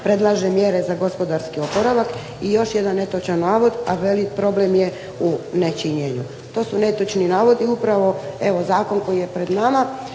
predlaže mjere za gospodarski oporavak. I još jedan netočan navod, a veli problem je u nečinjenju. To su netočni navodi. Upravo evo zakon koji je pred nama